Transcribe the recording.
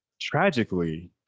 tragically